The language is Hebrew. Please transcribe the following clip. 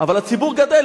אבל הציבור גדל,